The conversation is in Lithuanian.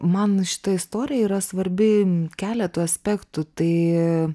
man šita istorija yra svarbi keletu aspektų tai